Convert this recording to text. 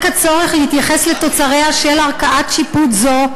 הצורך להתייחס לתוצריה של ערכאת שיפוט זו,